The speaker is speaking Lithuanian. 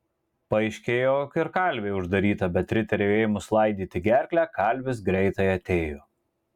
paaiškėjo jog ir kalvė uždaryta bet riteriui ėmus laidyti gerklę kalvis greitai atėjo